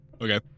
Okay